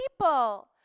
people